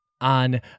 On